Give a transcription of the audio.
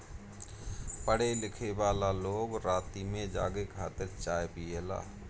पढ़े लिखेवाला लोग राती में जागे खातिर चाय पियेला